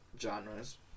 genres